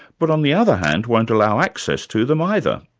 but on the other hand, won't allow access to them either.